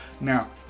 Now